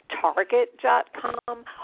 target.com